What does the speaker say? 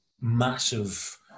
massive